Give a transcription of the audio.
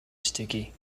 sticky